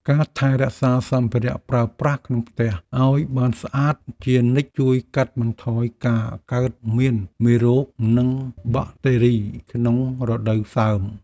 ការថែរក្សាសម្ភារៈប្រើប្រាស់ក្នុងផ្ទះឱ្យបានស្អាតជានិច្ចជួយកាត់បន្ថយការកើតមានមេរោគ និងបាក់តេរីក្នុងរដូវសើម។